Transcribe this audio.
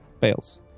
Fails